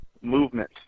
movement